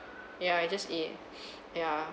ya I just eat ya